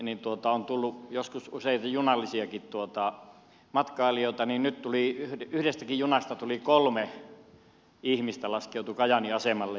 esimerkiksi kainuuseen on tullut joskus useita junallisiakin matkailijoita ja nyt yhdestäkin junasta kolme ihmistä laskeutui kajaanin asemalle